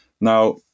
Now